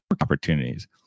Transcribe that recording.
opportunities